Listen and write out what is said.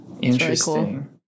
Interesting